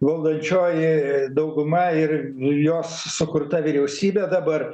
valdančioji dauguma ir jos sukurta vyriausybė dabar